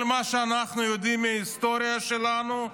כל מה שאנחנו יודעים מההיסטוריה שלנו,